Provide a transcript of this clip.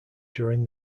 during